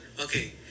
okay